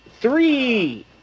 Three